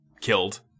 killed